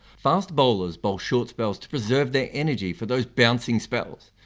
fast bowlers bowl short spells to preserve their energy for those bouncing spells.